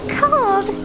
cold